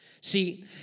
see